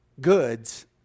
goods